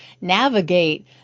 navigate